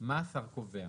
- מה השר קובע?